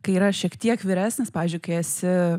kai yra šiek tiek vyresnis pavyzdžiui kai esi